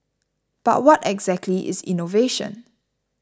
but what exactly is innovation